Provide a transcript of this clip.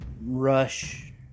rush